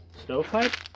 stovepipe